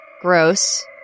gross